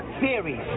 Theories